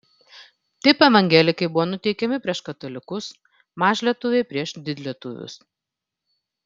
taip evangelikai buvo nuteikiami prieš katalikus mažlietuviai prieš didlietuvius